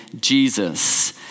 Jesus